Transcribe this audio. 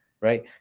right